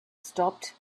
stopped